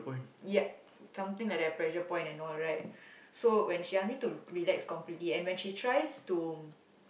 ya something like that pressure point and all right so when she ask me to relax completely and when she tries to